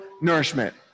nourishment